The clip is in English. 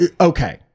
okay